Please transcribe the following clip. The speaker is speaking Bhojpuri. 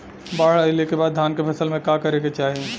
बाढ़ आइले के बाद धान के फसल में का करे के चाही?